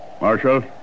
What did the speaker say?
Marshal